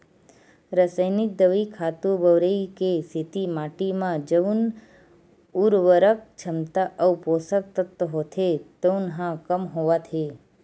रसइनिक दवई, खातू बउरई के सेती माटी म जउन उरवरक छमता अउ पोसक तत्व होथे तउन ह कम होवत हे